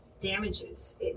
damages